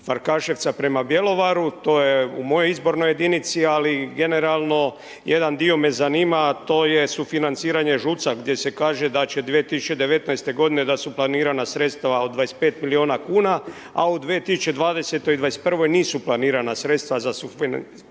Farkaševca prema Bjelovaru. To je u mojoj izbornoj jedinici. Ali generalno jedan dio me zanima a to je sufinanciranje ŽUC-a gdje se kaže da će 2019. godine da su planirana sredstva od 25 milijuna kuna a u 2020. i 2021. nisu planirana sredstva za sufinanciranje